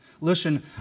Listen